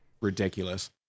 ridiculous